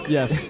Yes